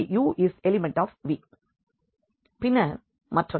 u0u∀u∈V பின்னர் மற்றொன்று